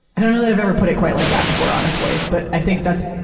i don't know that i've ever put it quite like that before, honestly. but, i think that's,